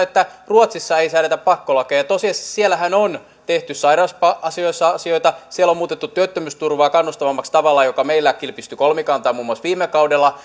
että ruotsissa ei säädetä pakkolakeja tosiasiassahan siellä on tehty sairausasioissa siellä on muutettu työttömyysturvaa kannustavammaksi tavalla joka meillä kilpistyi kolmikantaan muun muassa viime kaudella